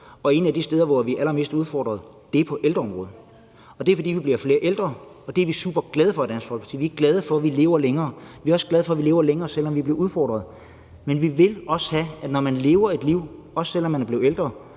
og et af de steder, hvor vi er allermest udfordret, er ældreområdet. Det er, fordi vi bliver flere ældre, og det er vi superglade for i Dansk Folkeparti. Vi er glade for, at vi lever længere. Vi er også glade for, at vi lever længere, selv om vi bliver udfordret. Men vi vil også have, at det liv, man lever, også selv om man er blevet ældre,